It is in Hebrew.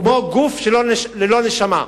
כמו גוף ללא נשמה.